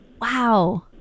Wow